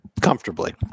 Comfortably